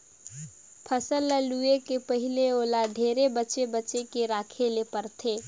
फसल ल लूए के पहिले ओला ढेरे बचे बचे के राखे ले परथे